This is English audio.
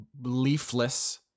leafless